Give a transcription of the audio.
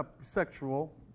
sexual